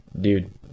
dude